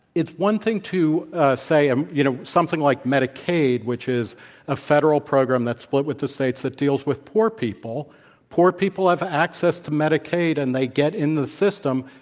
it's one thing to say, um you know, something like, medicaid, which is a federal program that's split with the states that deals with poor people poor people have access to medicaid and they get into the system,